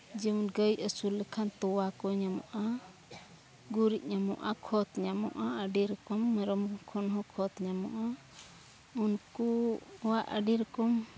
ᱡᱮᱢᱚᱱ ᱜᱟᱹᱭ ᱟᱹᱥᱩᱞ ᱞᱮᱠᱷᱟᱱ ᱛᱚᱣᱟ ᱠᱚ ᱧᱟᱢᱚᱜᱼᱟ ᱜᱩᱨᱤᱡ ᱧᱟᱢᱚᱜᱼᱟ ᱠᱷᱚᱛ ᱧᱟᱢᱚᱜᱼᱟ ᱟᱹᱰᱤᱨᱚᱠᱚᱢ ᱢᱮᱨᱚᱢ ᱠᱷᱚᱱ ᱦᱚᱸ ᱠᱷᱚᱛ ᱧᱟᱢᱚᱜᱼᱟ ᱩᱱᱠᱩ ᱠᱚᱣᱟᱜ ᱟᱹᱰᱤᱨᱚᱠᱚᱢ